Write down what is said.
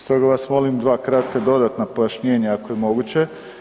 Stoga vas molim dva kratka dodatna pojašnjenja ako je moguće.